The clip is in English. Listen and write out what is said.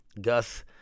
Gus